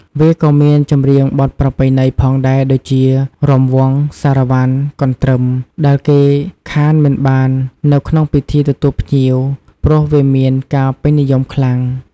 វាក៏មានចម្រៀងបទប្រពៃណីផងដែរដូចជារាំវង់ សារ៉ាវ៉ាន់ កន្រ្ទឹម ដែលគេខានមិនបាននៅក្នុងពិធីទទួលភ្ញៀវព្រោះវាមានការពេញនិយមខ្លាំង។